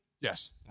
Yes